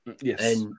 Yes